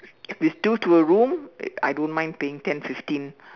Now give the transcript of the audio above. if it's two to a room I don't mind paying ten fifteen